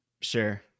sure